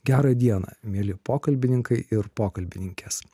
gerą dieną mieli pokalbininkai ir pokalbininkės